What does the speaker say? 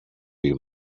you